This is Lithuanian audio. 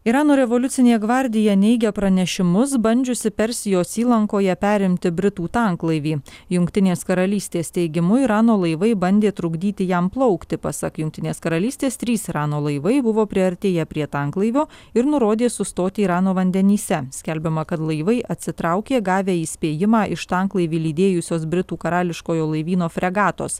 irano revoliucinė gvardija neigia pranešimus bandžiusi persijos įlankoje perimti britų tanklaivį jungtinės karalystės teigimu irano laivai bandė trukdyti jam plaukti pasak jungtinės karalystės trys irano laivai buvo priartėję prie tanklaivio ir nurodė sustoti irano vandenyse skelbiama kad laivai atsitraukė gavę įspėjimą iš tanklaivį lydėjusios britų karališkojo laivyno fregatos